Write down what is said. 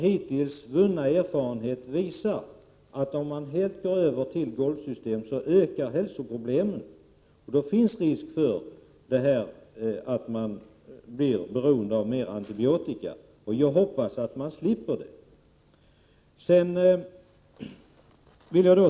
Hittills vunna erfarenheter visar ju att hälsoproblemen ökar, om man helt går över till ett golvsystem. Då finns nämligen risken att man blir beroende av mer antibiotika. Jag hoppas, som sagt, att vi slipper en sådan utveckling.